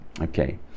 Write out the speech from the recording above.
okay